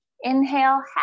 Inhale